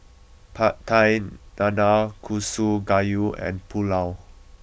Pad Thai Nanakusa Gayu and Pulao